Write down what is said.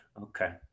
Okay